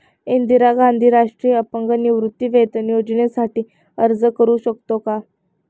इंदिरा गांधी राष्ट्रीय अपंग निवृत्तीवेतन योजनेसाठी अर्ज करू शकतो का?